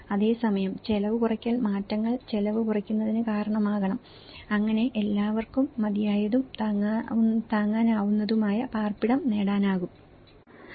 അതേസമയം ചെലവ് കുറയ്ക്കൽ മാറ്റങ്ങൾ ചെലവ് കുറയ്ക്കുന്നതിന് കാരണമാകണം അങ്ങനെ എല്ലാവർക്കും മതിയായതും താങ്ങാനാവുന്നതുമായ പാർപ്പിടം നേടാനാകും